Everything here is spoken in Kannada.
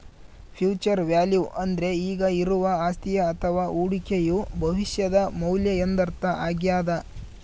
ಫ್ಯೂಚರ್ ವ್ಯಾಲ್ಯೂ ಅಂದ್ರೆ ಈಗ ಇರುವ ಅಸ್ತಿಯ ಅಥವ ಹೂಡಿಕೆಯು ಭವಿಷ್ಯದ ಮೌಲ್ಯ ಎಂದರ್ಥ ಆಗ್ಯಾದ